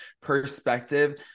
perspective